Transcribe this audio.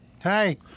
Hey